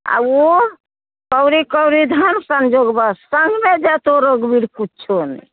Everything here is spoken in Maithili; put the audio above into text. आओर ओ कौड़ी कौड़ी धन सञ्जोगबह सङ्गमे जेतौ रघुबीर कुछो नहि